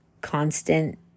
constant